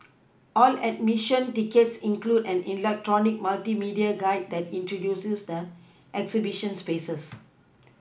all admission tickets include an electronic multimedia guide that introduces the exhibition spaces